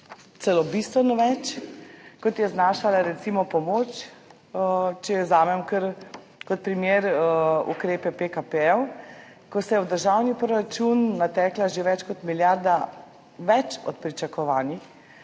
celo bistveno več, kot je znašala recimo pomoč, če vzamem kar primer ukrepe PKP-jev, ko se je v državni proračun natekla več kot milijarda več od pričakovanih